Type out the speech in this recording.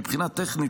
מבחינה טכנית,